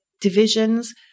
divisions